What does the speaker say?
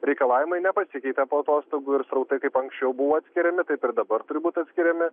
reikalavimai nepasikeitė po atostogų ir srautai kaip anksčiau buvo atskiriami taip ir dabar turi būti atskiriami